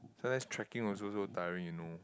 sometimes trekking also so tiring you know